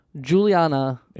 Juliana